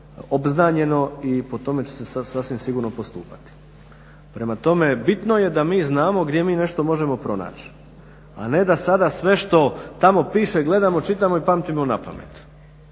obznanjeno i po tome će se sad sasvim sigurno postupati. Prema tome, bitno je da mi znamo gdje mi nešto možemo pronaći, a ne da sada sve što tamo piše gledamo, čitamo i pamtimo na pamet.